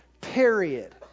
Period